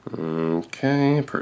Okay